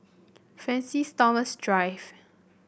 Francis Thomas Drive